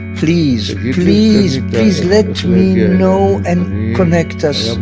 please please please let me know, and connect us.